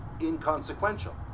inconsequential